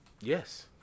Yes